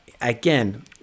Again